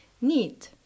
need